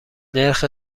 نرخ